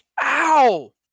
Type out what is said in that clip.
Ow